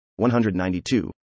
192